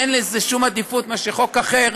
אין לזה שום עדיפות על חוק אחר,